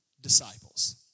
disciples